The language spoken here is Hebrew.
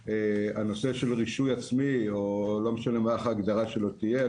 בנושא של רישוי עצמי או לא משנה איך ההגדרה שלו תהיה,